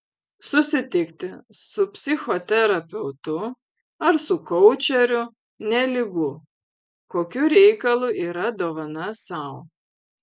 susitikti su psichoterapeutu ar su koučeriu nelygu kokiu reikalu yra dovana sau